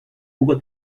hugo